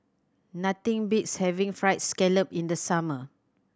nothing beats having Fried Scallop in the summer